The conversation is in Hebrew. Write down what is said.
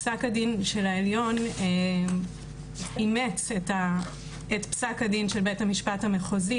פסק הדין של העליון אימץ את פסק הדין של בית המשפט המחוזי